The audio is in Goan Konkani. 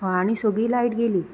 हा आनी सगळी लायट गेली